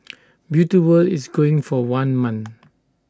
beauty world is going for one month